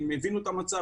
הם הבינו את המצב.